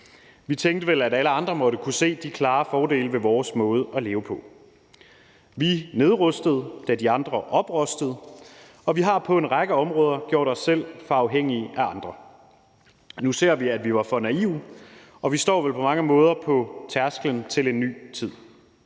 Vi tænkte vel, at alle andre måtte kunne se de klare fordele ved vores måde at leve på. Vi nedrustede, da de andre oprustede, og vi har på en række områder gjort os selv for afhængige af andre. Nu ser vi, at vi var for naive, og vi står vel på mange måder på tærsklen til en ny tid.